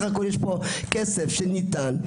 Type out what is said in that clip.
יש פה כסף שניתן,